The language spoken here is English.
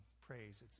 praise